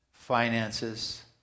finances